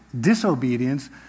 disobedience